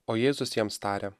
o jėzus jiems tarė